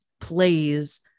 plays